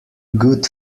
good